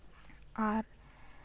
ᱟᱨ